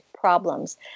problems